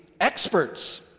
experts